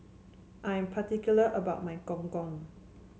I am particular about my Gong Gong